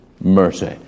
mercy